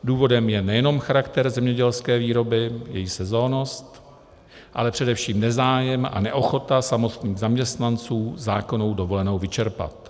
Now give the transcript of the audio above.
Důvodem je nejenom charakter zemědělské výroby, její sezónnost, ale především nezájem a neochota samotných zaměstnanců zákonnou dovolenou vyčerpat.